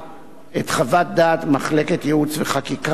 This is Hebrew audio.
חוות הדעת של מחלקת ייעוץ וחקיקה במשרד